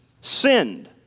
sinned